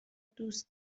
دوست